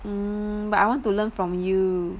mm but I want to learn from you